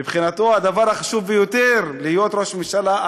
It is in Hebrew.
מבחינתו, הדבר החשוב ביותר הוא להיות ראש ממשלה.